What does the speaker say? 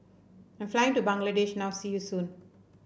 I'm flying to Bangladesh now see you soon